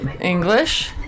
English